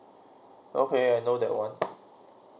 okay I know that one